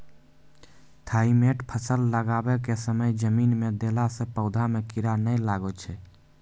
Thimet फ़सल लगाबै के समय जमीन मे देला से पौधा मे कीड़ा नैय लागै छै?